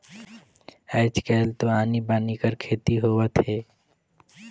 आयज कायल तो आनी बानी कर खेती होवत हे